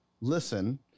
listen